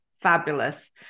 fabulous